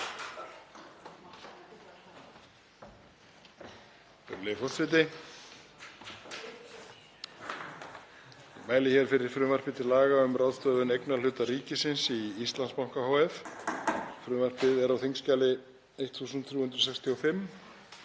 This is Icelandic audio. Ég mæli hér fyrir frumvarpi til laga um ráðstöfun eignarhluta ríkisins í Íslandsbanka hf. Frumvarpið er á þskj. 1365